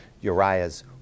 Uriah's